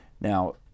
now